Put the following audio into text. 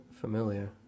familiar